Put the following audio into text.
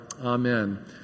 Amen